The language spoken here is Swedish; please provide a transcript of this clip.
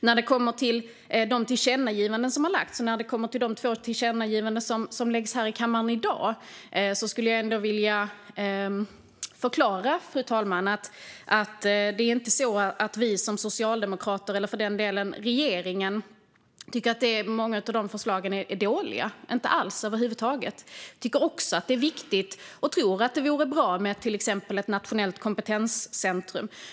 När det gäller de tillkännagivanden som har lagts fram och de två tillkännagivanden som läggs fram här i kammaren i dag skulle jag vilja förklara, fru talman, att det inte är så att vi socialdemokrater eller, för den delen, regeringen tycker att många av förslagen är dåliga - inte alls. Vi tycker också att detta är viktigt och tror till exempel att det vore bra med ett nationellt kompetenscentrum.